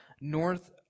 north